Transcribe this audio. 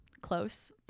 close